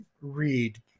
read